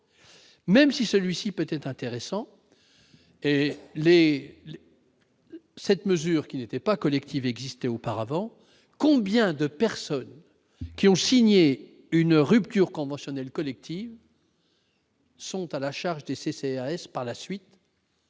même si celui-ci peut-être intéressant et cette mesure qui n'était pas collective existait auparavant, combien de personnes qui ont signé une rupture conventionnelle collective. Sont à la charge des CCAS, par la suite.